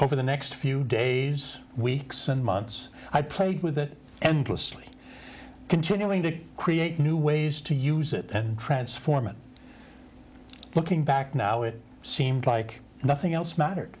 over the next few days weeks and months i played with it and loosely continuing to create new ways to use it and transform and looking back now it seemed like nothing else matter